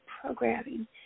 programming